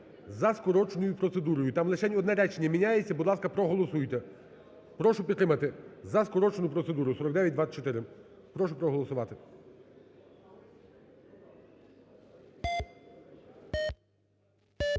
за скороченою процедурою. Там лишень одне речення міняється, будь ласка, проголосуйте. Прошу підтримати за скорочену процедуру 4924, прошу проголосувати.